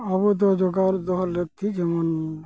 ᱟᱵᱚ ᱫᱚ ᱡᱚᱜᱟᱣ ᱫᱚᱦᱚ ᱞᱟᱹᱠᱛᱤ ᱡᱮᱢᱚᱱ